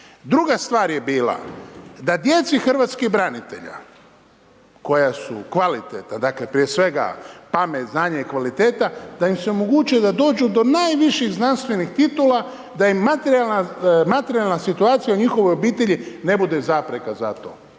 Druga stvar je bila da djeci hrvatskih branitelja koja su kvalitetna, dakle prije svega pamet, znanje i kvaliteta, da im se omogući da dođu do najviših znanstvenih titula da im materijalna situacija u njihovoj obitelji ne bude zapreka za to.